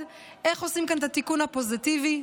איך עושים כאן את התיקון הפוזיטיבי.